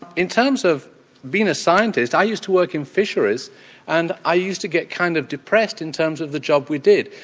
in terms of being a scientist, i used to work in fisheries and i used to get kind of depressed in terms of the job we did.